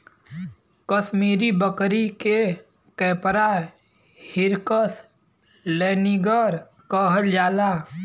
कसमीरी बकरी के Capra hircus laniger कहल जाला